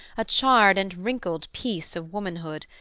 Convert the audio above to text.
a charred and wrinkled piece of womanhood,